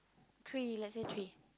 tree let's say tree